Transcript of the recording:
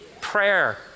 Prayer